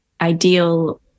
ideal